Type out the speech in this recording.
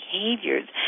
behaviors